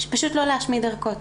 שפשוט לא להשמיד ערכות.